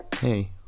Hey